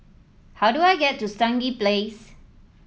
how do I get to Stangee Place